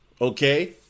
okay